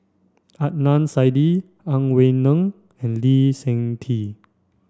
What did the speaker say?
Adnan Saidi Ang Wei Neng and Lee Seng Tee